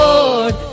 Lord